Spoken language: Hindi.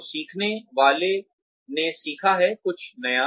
तो सीखने वाले ने सीखा है कुछ नया